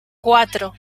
cuatro